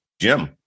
Jim